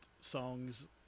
Songs